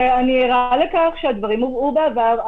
אני ערה לכך שהדברים הובאו בעבר.